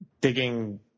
digging